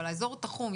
האזור תחום,